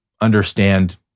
understand